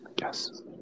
Yes